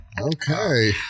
Okay